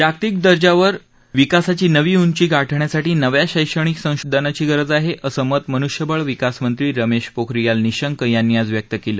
जागतिक दर्जावर विकासाची नवी उंची गाठण्यासाठी नव्या शैक्षणिक संशोधनाची गरज आहे असं मत मनुष्यबळ विकासमंत्री रमेश पोखरियाल निशंक यांनी आज व्यक्त केलं